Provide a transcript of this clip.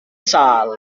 sâl